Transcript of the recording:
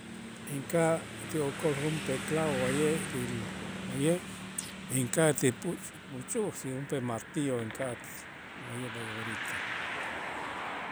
Inka'aj ti okol junp'ee clavo wa'ye' til wa'ye' inka'aj ti puch puchu' junp'ee martillo ink'at wa'ye' b'ay orita.